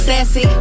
Sassy